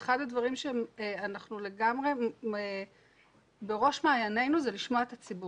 אחד הדברים שהוא בראש מעייננו זה לשמוע את הציבור.